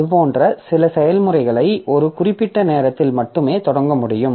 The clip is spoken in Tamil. அது போன்ற சில செயல்முறைகளை ஒரு குறிப்பிட்ட நேரத்தில் மட்டுமே தொடங்க முடியும்